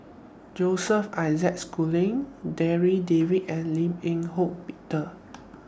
Joseph Isaac Schooling Darryl David and Lim Eng Hock Peter